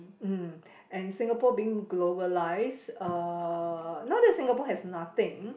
mm and Singapore being globalised uh not that Singapore has nothing